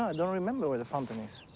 i don't remember where the fountain is.